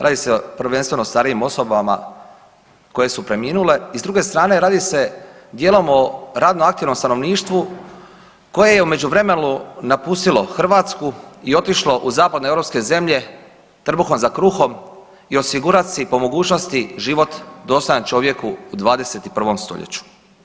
Radi se prvenstveno o starijim osobama koje su preminule i s druge strane radi se dijelom o radno aktivnom stanovništvu koje je u međuvremenu napustilo Hrvatsku i otišlo u zapadnoeuropske zemlje trbuhom za kruhom i osigurati si po mogućnosti život dostojan čovjeku u 21. stoljeću.